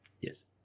Yes